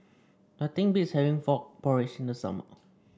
nothing beats having Frog Porridge in the summer